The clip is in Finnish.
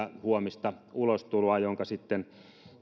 huomista ulostuloa jonka sitten